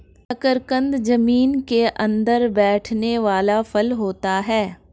शकरकंद जमीन के अंदर बैठने वाला फल होता है